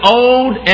old